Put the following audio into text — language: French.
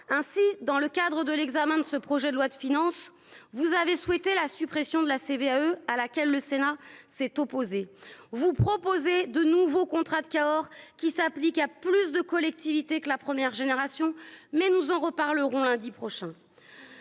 ainsi dans le cadre de l'examen de ce projet de loi de finances, vous avez souhaité la suppression de la CVAE à laquelle le Sénat s'est opposé vous proposer de nouveaux contrats de Cahors, qui s'applique à plus de collectivité, que la première génération, mais nous en reparlerons lundi prochain,